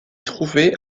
trouvée